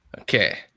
Okay